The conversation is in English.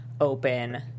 open